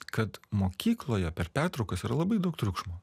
kad mokykloje per pertraukas yra labai daug triukšmo